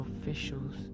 officials